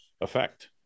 effect